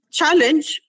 challenge